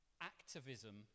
activism